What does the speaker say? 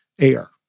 air